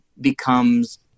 becomes